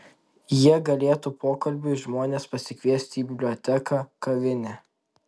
jie galėtų pokalbiui žmones pasikviesti į biblioteką kavinę